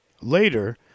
Later